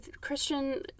Christian